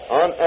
on